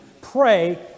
Pray